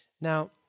Now